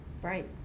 Right